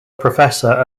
professor